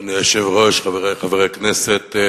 אדוני היושב-ראש, חברי חברי הכנסת,